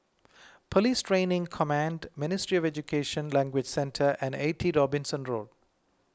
Police Training Command Ministry of Education Language Centre and eighty Robinson Road